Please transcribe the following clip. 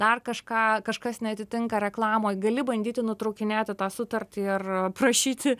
dar kažką kažkas neatitinka reklamoj gali bandyti nutraukinėti tą sutartį ir prašyti